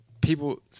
people